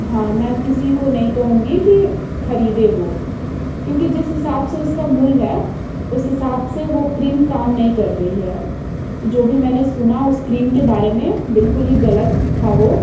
हाँ मैं किसी को नहीं कहूँगी कि खरीदे वह क्योंकि जिस हिसाब से उसका मूल्य है उस हिसाब से वो क्रीम काम नहीं कर रही है तो जो भी मैंने सुना उस क्रीम के बारे में बिल्कुल ही गलत था वह